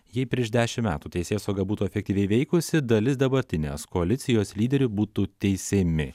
jei prieš dešimt metų teisėsauga būtų efektyviai veikusi dalis dabartinės koalicijos lyderių būtų teisiami